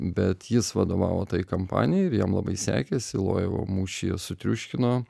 bet jis vadovavo tai kampanijai ir jam labai sekėsi lojevo mūšyje sutriuškino